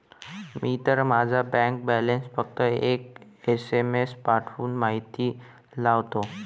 मी तर माझा bank balance फक्त एक एस.एम.एस पाठवून माहिती लावतो